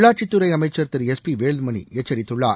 உள்ளாட்சித்துறை என அமைச்சர் திரு எஸ் பி வேலுமணி எச்சரித்துள்ளார்